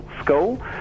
School